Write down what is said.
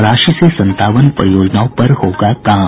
राशि से संतावन परियोजनाओं पर होगा काम